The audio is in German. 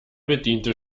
bediente